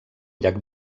llac